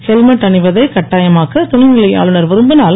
helmet அணிவதைக் கட்டாயமாக்க துணைநிலை ஆளுனர் விரும்பிஞல்